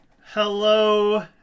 Hello